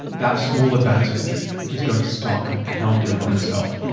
that small advantage is going to start compounding on itself.